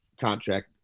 contract